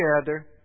together